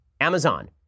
Amazon